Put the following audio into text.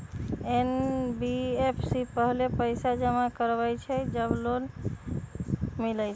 NBFC पहले पईसा जमा करवहई जब लोन मिलहई?